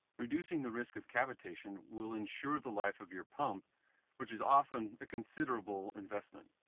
reducing the risk of cavitation will ensure the life of your pump which is often a considerable investment.